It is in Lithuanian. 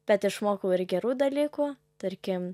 bet išmokau ir gerų dalykų tarkim